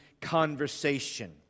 conversation